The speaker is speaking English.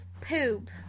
poop